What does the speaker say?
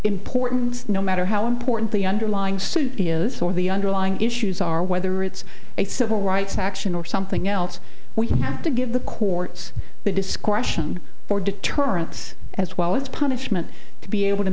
importance no matter how important the underlying suit is or the underlying issues are whether it's a civil rights action or something else we have to give the courts the discretion for deterrence as well as punishment to be able to